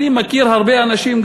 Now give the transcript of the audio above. אני מכיר הרבה אנשים,